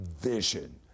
vision